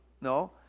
No